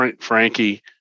Frankie